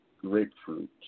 grapefruit